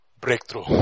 breakthrough